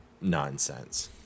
nonsense